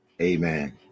Amen